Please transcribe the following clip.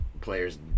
player's